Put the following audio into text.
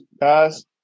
guys